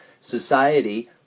society